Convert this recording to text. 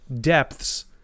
depths